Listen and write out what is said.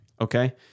Okay